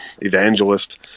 evangelist